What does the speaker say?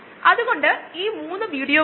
അതോടൊപ്പം റിയാക്ടർ പ്രവർത്തിക്കുന്നു